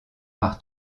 par